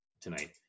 tonight